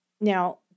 Now